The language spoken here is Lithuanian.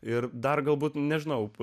ir dar galbūt nežinau